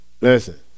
Listen